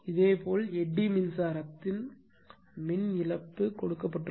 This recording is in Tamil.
இதேபோல் எடி மின்சாரத்தின் மின் இழப்பு கொடுக்கப்பட்டுள்ளது